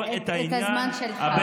יהיה לך תכף את הזמן שלך.